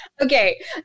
Okay